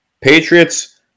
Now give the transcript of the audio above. Patriots